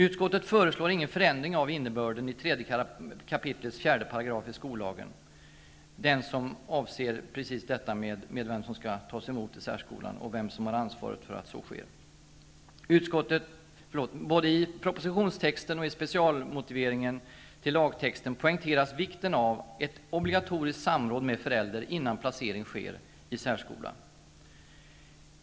Utskottet föreslår ingen förändring av innebörden i 3 kap. 4 § skollagen, den som anger vem som skall tas emot i särskolan och vem som har ansvaret för att så sker. Både i propositionstexten och i specialmotiveringen till lagtexten poängteras vikten av ett obligatoriskt samråd med förälder innan placering sker i särskola.